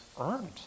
earned